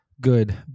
good